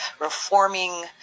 reforming